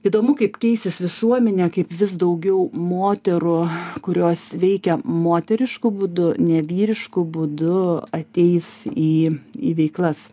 įdomu kaip keisis visuomenė kaip vis daugiau moterų kurios veikia moterišku būdu ne vyrišku būdu ateis į į veiklas